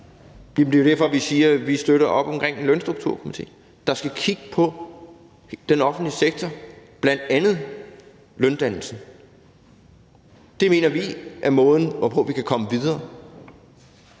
vi siger, at vi støtter op omkring en lønstrukturkomité, der skal kigge på den offentlige sektor, bl.a. løndannelsen. Det mener vi er måden, hvorpå vi kan komme videre.